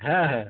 হ্যাঁ হ্যাঁ